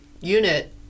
unit